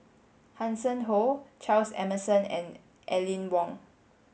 Hanson Ho Charles Emmerson and Aline Wong